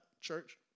church